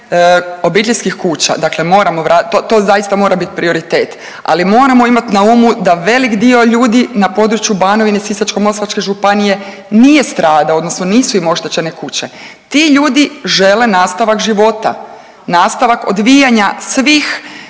obiteljskih kuća, dakle moramo, to zaista mora biti prioritet, ali moramo imati na umu da velik dio ljudi na području Banovine i Sisačko-moslavačke županije nije stradao odnosno nisu im oštećene kuće. Ti ljudi žele nastavak života. Nastavak odvijanja svih